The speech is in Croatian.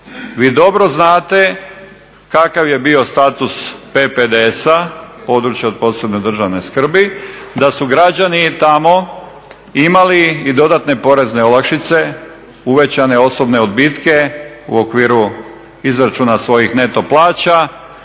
Vi dobro znate kakav je bio status PPDS-a, područja od posebne državne skrbi, da su građani tamo imali i dodatne porezne olakšice, uvećane osobne odbitke u okviru izračuna svojih neto plaća